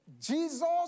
Jesus